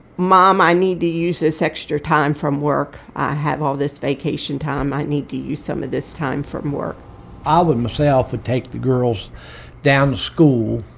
mom, i need to use this extra time from work. i have all this vacation time. i need to use some of this time from work i would, myself, would take the girls down to school,